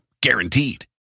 guaranteed